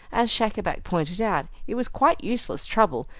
as schacabac pointed out, it was quite useless trouble,